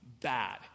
bad